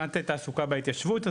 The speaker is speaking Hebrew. מבחינת תעסוקה בהתיישבות,